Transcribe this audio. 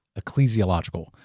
ecclesiological